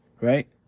right